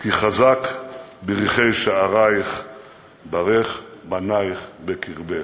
"כי חזק בריחי שעריך ברך בניך בקרבך."